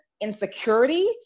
insecurity